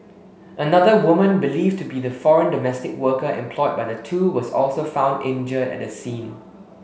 another woman believed to be the foreign domestic worker employed by the two was also found injured at the scene